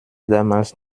damals